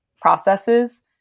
processes